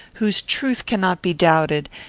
whose truth cannot be doubted,